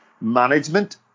management